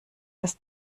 dass